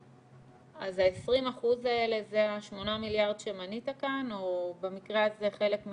אז ה-20% זה השמונה מיליארד שמנית כאן או במקרה הזה חלק,